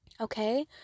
Okay